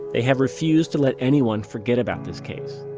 they have refused to let anyone forget about this case.